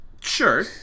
Sure